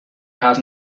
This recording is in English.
has